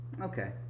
Okay